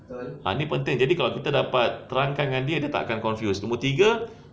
ah ni penting jadi kalau kita dapat terangkan dengan dia dia tak confuse nombor tiga